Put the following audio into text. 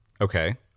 Okay